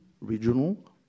regional